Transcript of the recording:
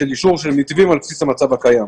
של אישור מתווים על בסיס המצב הקיים.